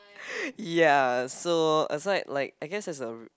ya so it's like like I guess is a